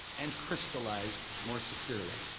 and crystallized more securely.